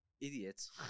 idiots